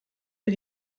für